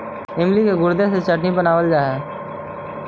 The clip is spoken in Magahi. इमली के गुदे से चटनी बनावाल जा हई